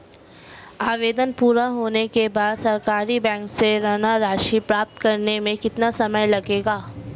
आवेदन पूरा होने के बाद सरकारी बैंक से ऋण राशि प्राप्त करने में कितना समय लगेगा?